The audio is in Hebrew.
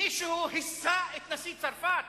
מישהו היסה את נשיא צרפת,